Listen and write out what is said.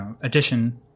addition